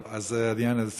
טוב, אז העניין הזה סגור.